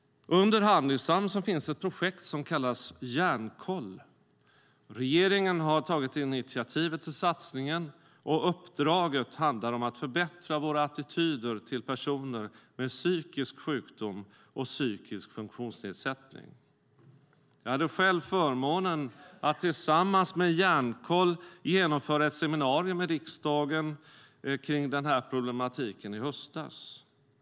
Under Handisam finns ett projekt som kallas Hjärnkoll. Regeringen har tagit initiativet till satsningen och uppdraget handlar om att förbättra våra attityder till personer med psykisk sjukdom och psykisk funktionsnedsättning. Jag hade själv förmånen att tillsammans med Hjärnkoll genomföra ett seminarium i riksdagen om den här problematiken i höstas.